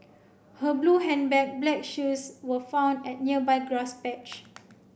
her blue handbag black shoes were found at nearby grass patch